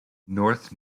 north